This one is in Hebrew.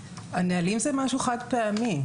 הנהלים זה משהו חד פעמי.